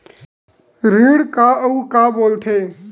ऋण का अउ का बोल थे?